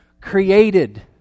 Created